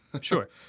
sure